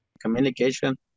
Communication